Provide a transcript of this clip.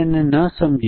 0 7